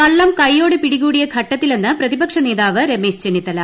കള്ളം കൈയ്യോടെ പിടികൂടിയ ഘട്ടത്തിലെന്ന് പ്രതിപക്ഷ നേതാവ് രമേശ് ചെന്നിത്തല